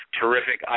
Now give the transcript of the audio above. terrific